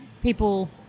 people